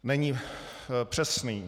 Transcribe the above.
Není přesný.